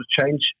change